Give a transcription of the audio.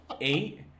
eight